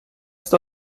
ist